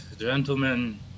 Gentlemen